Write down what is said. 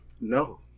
No